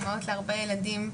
אימהות להרבה ילדים,